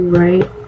right